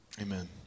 Amen